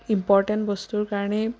important বস্তুৰ কাৰণেই